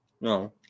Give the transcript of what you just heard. no